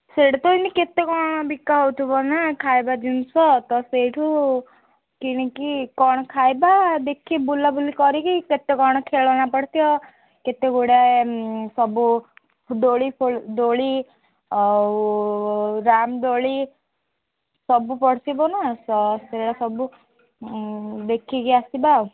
ସେଇଟା ତ ଏମିତି କେତେ କଣ ବିକା ହଉଥିବ ନା ଖାଇବା ଜିନିଷ ତ ସେଇଠୁ କିଣିକି କଣ ଖାଇବା ଦେଖି ବୁଲା ବୁଲି କରିକି କେତେ କଣ ଖେଳନା ପଡ଼ିଥିବ କେତେ ଗୁଡ଼ାଏ ସବୁ ଦୋଳି ଫୋଳ ଦୋଳି ଆଉ ରାମ ଦୋଳି ସବୁ ପଡ଼ିଥିବ ନା ତ ସେଇରା ସବୁ ଦେଖିକି ଆସିବା ଆଉ